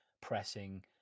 pressing